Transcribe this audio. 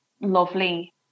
lovely